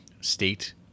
state